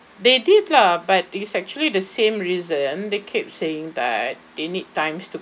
they did lah but it is actually the same reason they keep saying that they need times to